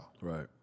Right